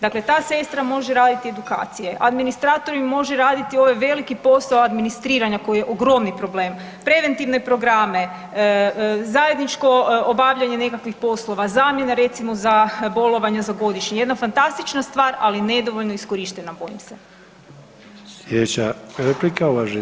Dakle, ta sestra može raditi edukacije, administrator može raditi ovaj veliki posao administriranja koji je ogromni problem, preventivne programe, zajedničko obavljanje nekakvih poslova, zamjena recimo za bolovanje, za godišnji, jedna fantastična stvar ali nedovoljno iskorištena, bojim se.